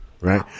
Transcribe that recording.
right